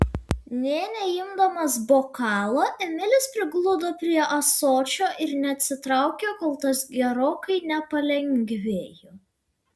nė neimdamas bokalo emilis prigludo prie ąsočio ir neatsitraukė kol tas gerokai nepalengvėjo